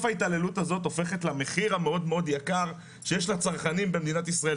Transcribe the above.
ההתעללות הזאת הופכת למחיר המאוד מאוד יקר שיש לצרכנים במדינת ישראל.